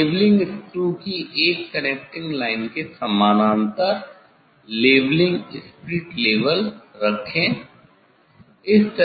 levelling screw की एक connecting line के समानांतर लेवलिंग स्परिट लेवल रखें